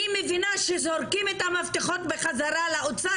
אני מבינה שזורקים את המפתחות בחזרה לאוצר